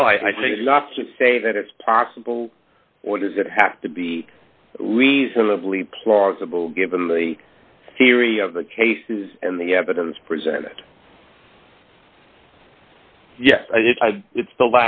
well i think not to say that it's possible or does it have to be reasonably plausible given the theory of the cases and the evidence presented yes it's the